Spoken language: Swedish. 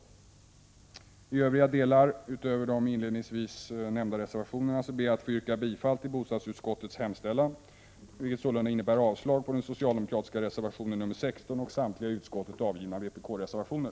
I övriga delar, utöver de inledningsvis nämnda reservationerna, ber jag att få yrka bifall till bostadsutskottets hemställan, vilket sålunda innebär avslag på den socialdemokratiska reservationen nr 16 och samtliga till betänkandet fogade vpk-reservationer.